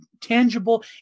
tangible